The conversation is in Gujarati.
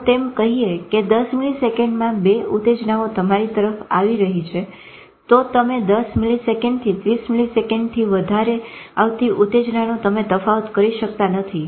જો તેમ કહીએ કે 10 મીલીસેકંડમાં બે ઉતેજ્નાઓ તમારી તરફ આવી રહી છે તો તમે 10 મીલીસેકંડ થી 30 મીલીસેકંડથી વધારે આવતી ઉતેજનાનો તમે તફાવત કરી શકતા નથી